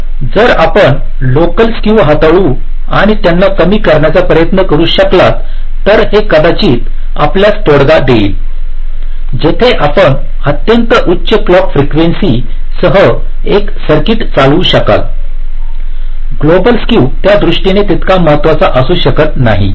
तर जर आपण लोकल स्केव हाताळू आणि त्यांना कमी करण्याचा प्रयत्न करू शकलात तर हे कदाचित आपल्यास तोडगा देईल जिथे आपण अत्यंत उच्च क्लॉक फ्रिक्वेन्सी सह एक सर्किट चालवू शकाल ग्लोबल स्केव त्या दृष्टीने तितका महत्त्वाचा असू शकत नाही